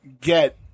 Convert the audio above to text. get